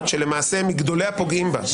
שלמעשה הם מגדולי הפוגעים בה,